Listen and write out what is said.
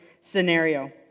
scenario